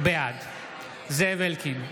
בעד זאב אלקין,